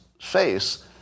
face